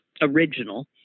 original